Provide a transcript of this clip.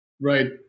right